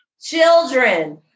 children